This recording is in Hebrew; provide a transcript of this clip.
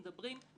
דווקא הוא מטופל